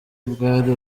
bwari